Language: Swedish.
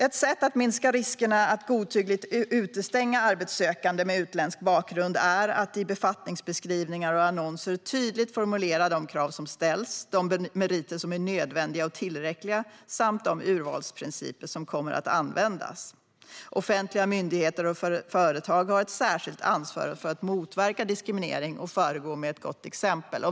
Ett sätt att minska riskerna att godtyckligt utestänga arbetssökande med utländsk bakgrund är att i befattningsbeskrivningar och annonser tydligt formulera de krav som ställs, de meriter som är nödvändiga och tillräckliga samt de urvalsprinciper som kommer att användas. Offentliga myndigheter och företag har ett särskilt ansvar för att motverka diskriminering och föregå med gott exempel.